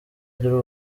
ry’u